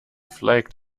flagged